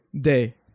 day